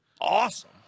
awesome